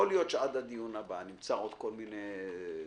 יכול להיות שעד הדיון הבא נמצא עוד כל מיני דברים.